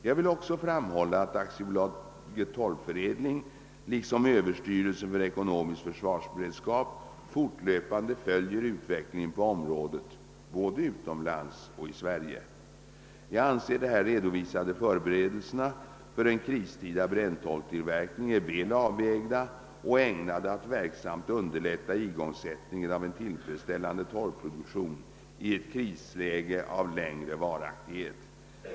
Jag vill också framhålla att AB Torvförädling liksom överstyrelsen för ekonomisk försvarsberedskap fortlöpande följer utvecklingen på området både utomlands och i Sverige. Jag anser att de här redovisade förberedelserna för en kristida bränntorvstillverkning är väl avvägda och ägnade att verksamt underlätta igångsättningen av en tillfredsställande torvproduktion i ett krisläge av längre varaktighet.